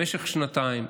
במשך שנתיים,